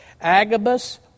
Agabus